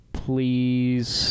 please